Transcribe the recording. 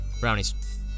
Brownies